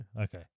Okay